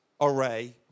array